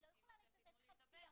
את לא יכולה לצטט חצי עמוד.